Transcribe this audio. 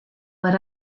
what